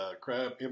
crab